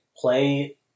Play